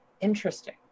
interesting